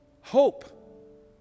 hope